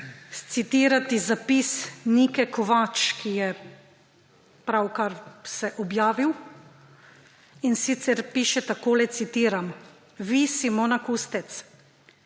citirati zapis Nike Kovač, ki se je pravkar objavil, in sicer piše takole, citiram: »Vi, Simona Kustec,